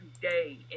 today